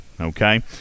Okay